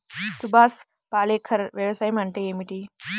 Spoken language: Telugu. సుభాష్ పాలేకర్ వ్యవసాయం అంటే ఏమిటీ?